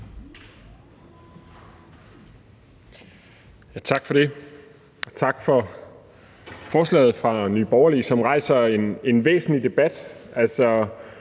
Tak for det. Tak for forslaget fra Nye Borgerlige, som rejser en væsentlig debat